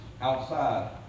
outside